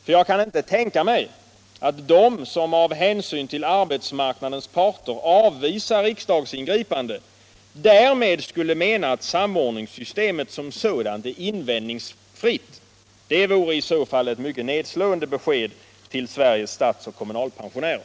För jag kan inte tänka mig att de som av hänsyn till arbetsmarknadens parter avvisar riksdagsingripande därmed skulle mena att samordningssystemet som sådant är invändningsfritt. Det vore i så fall ett mycket nedslående besked till Sveriges statsoch kommunalpensionärer.